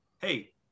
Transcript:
hey